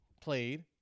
Played